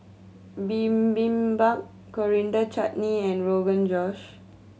Bibimbap Coriander Chutney and Rogan Josh